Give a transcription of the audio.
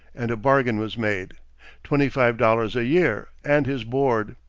and a bargain was made twenty-five dollars a year, and his board.